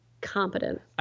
competent